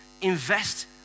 invest